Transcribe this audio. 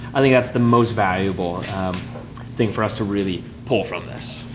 i think that's the most valuable thing for us to really pull from this.